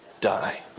die